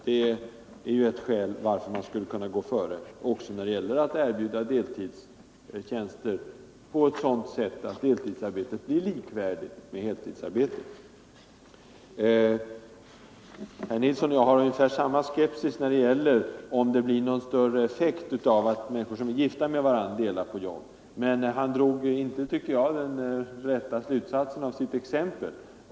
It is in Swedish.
Det är ett skäl till att staten borde Torsdagen den gå före också när det gäller att erbjuda deltidstjänster på ett sådant sätt, 28 november 1974 att deltidsarbete blir likvärdigt med heltidsarbete. Herr Nilsson i Kalmar och jag känner ungefär samma skepsis inför Jämställdhet tanken att människor som är gifta med varandra kan i någon större om = mellan män och fattning dela anställning. Men herr Nilsson drog inte, tycker jag, den = kvinnor, m.m. riktiga slutsatsen av sitt exempel.